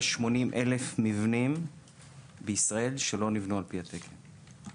יש 80,000 מבנים בישראל שלא נבנו על פי התקן.